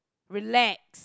relax